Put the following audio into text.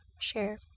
share